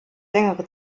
längere